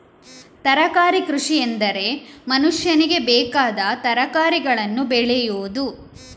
ತರಕಾರಿ ಕೃಷಿಎಂದರೆ ಮನುಷ್ಯನಿಗೆ ಬೇಕಾದ ತರಕಾರಿಗಳನ್ನು ಬೆಳೆಯುವುದು